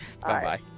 Bye-bye